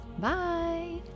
Bye